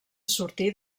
sortir